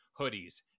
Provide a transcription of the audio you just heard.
hoodies